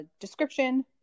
description